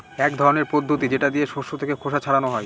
এক ধরনের পদ্ধতি যেটা দিয়ে শস্য থেকে খোসা ছাড়ানো হয়